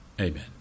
Amen